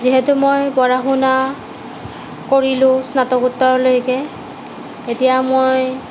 যিহেতু মই পঢ়া শুনা কৰিলোঁ স্নাতকোত্তৰলৈকে এতিয়া মই